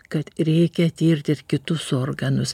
kad reikia tirt ir kitus organus